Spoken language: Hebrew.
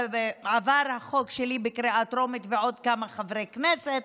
עבר בקריאה טרומית החוק שלי ושל עוד כמה חברי כנסת,